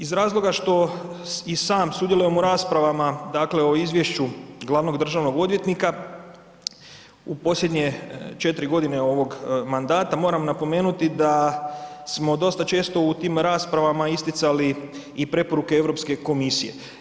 Iz razloga što i sam sudjelujem u raspravama dakle o izvješću glavnog državnog odvjetnika, u posljednje 4 g. ovog mandata, moram napomenuti da smo dosta često u tim raspravama isticali i preporuke Europske komisije.